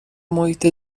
محیط